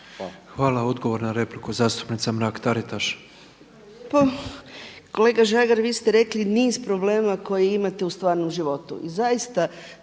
Hvala. Odgovor na repliku zastupnica Mrak Taritaš.